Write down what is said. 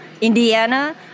Indiana